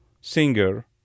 singer